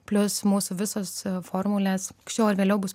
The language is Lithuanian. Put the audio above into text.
plius mūsų visos formulės anksčiau ar vėliau bus